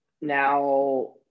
now